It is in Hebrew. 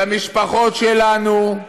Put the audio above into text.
למשפחות שלנו,